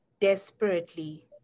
desperately